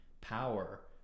power